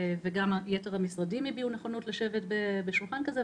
וגם יתר המשרדים הביעו נכונות לשבת בשולחן כזה,